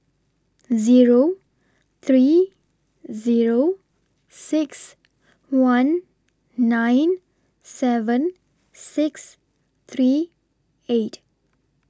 Zero three Zero six one nine seven six three eight